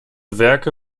werke